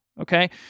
okay